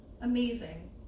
amazing